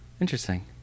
Interesting